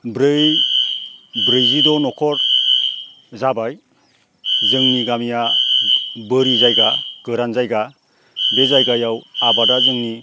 ब्रैजिद' न'खर जाबाय जोंनि गामिया बोरि जायगा गोरान जायगा बे जायगायाव आबादा जोंनि